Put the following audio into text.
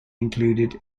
included